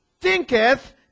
thinketh